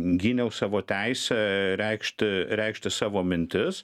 gyniau savo teisę reikšti reikšti savo mintis